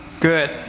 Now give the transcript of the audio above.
Good